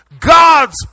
God's